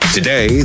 Today